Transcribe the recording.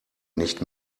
nicht